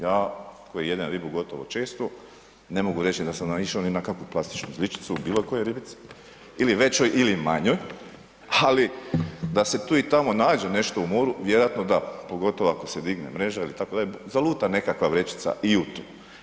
Ja koji jedem ribu gotovo eto, ne mogu reći da sam naišao ni na kakvu plastičnu žličicu u bilokojoj ribici ili većoj ili manjoj ali da se tu i tamo nađe nešto u moru vjerojatno da, pogotovo ako se digne mreža itd., zaluta nekakva vrećica i u to.